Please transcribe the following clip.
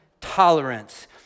tolerance